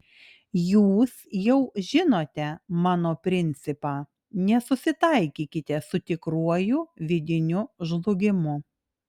jūs jau žinote mano principą nesusitaikykite su tikruoju vidiniu žlugimu